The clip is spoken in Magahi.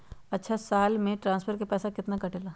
अछा साल मे ट्रांसफर के पैसा केतना कटेला?